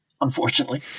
unfortunately